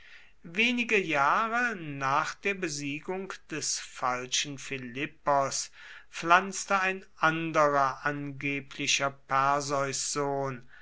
wenige jahre nach der besiegung des falschen philippos pflanzte ein anderer angeblicher